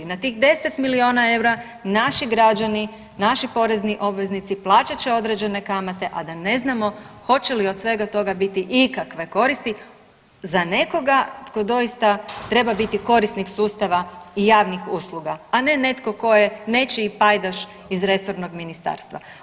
Na tih 10 milijuna eura naši građani, naši porezni obveznici plaćat će određene kamate, a da ne znamo hoće li od svega toga biti ikakve koristi za nekoga tko doista treba biti korisnik sustava i javnih usluga, a ne netko tko je nečiji pajdaš iz resornog ministarstva.